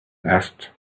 asked